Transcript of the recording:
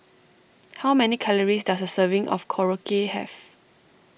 how many calories does a serving of Korokke have